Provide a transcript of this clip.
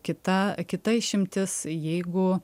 kita kita išimtis jeigu